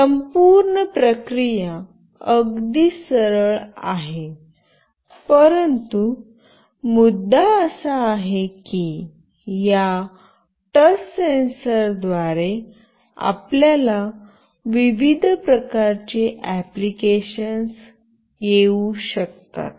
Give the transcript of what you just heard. संपूर्ण प्रक्रिया अगदी सरळ आहे परंतु मुद्दा असा आहे की या टच सेन्सर द्वारे आपल्याला विविध प्रकारची अप्लिकेशन्स येऊ शकतात